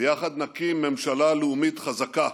ויחד נקים ממשלה לאומית חזקה,